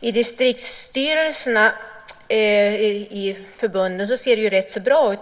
Riksidrottsförbundet på att det ser rätt så bra ut inom förbundens riksstyrelser.